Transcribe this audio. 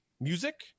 music